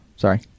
Sorry